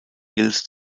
hills